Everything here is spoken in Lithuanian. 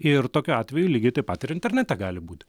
ir tokiu atveju lygiai taip pat ir internete gali būti